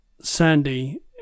Sandy